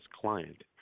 client